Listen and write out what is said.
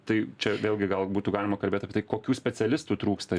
tai čia vėlgi gal būtų galima kalbėt apie tai kokių specialistų trūksta